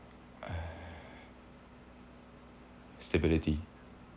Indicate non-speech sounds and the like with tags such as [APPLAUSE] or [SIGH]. [BREATH] stability